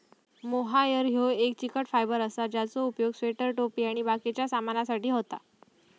mohair ह्यो एक चिकट फायबर असा ज्याचो उपयोग स्वेटर, टोपी आणि बाकिच्या सामानासाठी होता